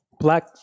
Black